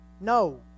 No